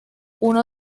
uno